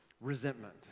resentment